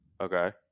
Okay